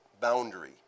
boundary